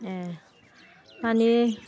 एह माने